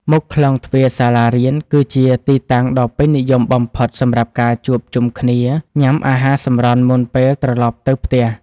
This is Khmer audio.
មុខខ្លោងទ្វារសាលារៀនគឺជាទីតាំងដ៏ពេញនិយមបំផុតសម្រាប់ការជួបជុំគ្នាញ៉ាំអាហារសម្រន់មុនពេលត្រឡប់ទៅផ្ទះ។